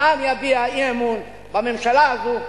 העם יביע אי-אמון בממשלה הזו,